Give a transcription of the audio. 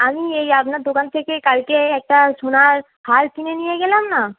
আমি এই আপনার দোকান থেকে কালকে একটা সোনার হার কিনে নিয়ে গেলাম না